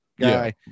guy